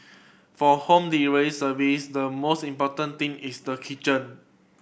for home delivery service the most important thing is the kitchen